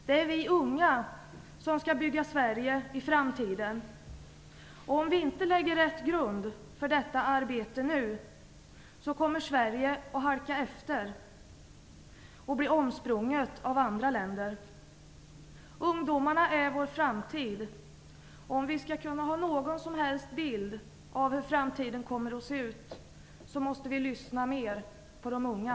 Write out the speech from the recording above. Det är vi unga som skall bygga Sverige i framtiden. Om vi inte lägger rätt grund för detta arbete nu, kommer Sverige att halka efter och bli omsprunget av andra länder. Ungdomarna är vår framtid, och om vi skall kunna ha någon som helst bild av hur framtiden kommer att se ut måste vi lyssna mer på de unga.